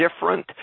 different